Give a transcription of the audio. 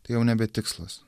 tai jau nebe tikslas